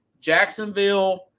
Jacksonville